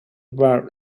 bar